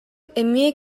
эмиэ